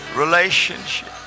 relationship